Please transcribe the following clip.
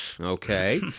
okay